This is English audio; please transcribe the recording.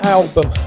album